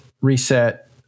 reset